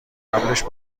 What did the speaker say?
قبلش